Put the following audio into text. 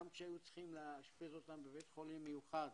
גם כשהיו צריכים לאשפז אותם בבית חולים מיוחד,